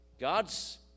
God's